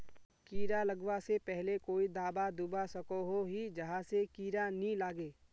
कीड़ा लगवा से पहले कोई दाबा दुबा सकोहो ही जहा से कीड़ा नी लागे?